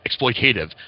exploitative